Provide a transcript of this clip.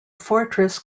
fortress